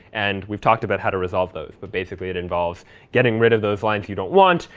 and we've talked about how to resolve those. but basically, it involves getting rid of those lines you don't want,